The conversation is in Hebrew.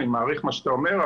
אני מעריך מה שאתה אומר,